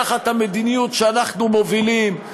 תחת המדיניות שאנחנו מובילים.